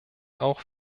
auch